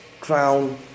crown